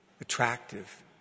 attractive